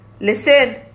listen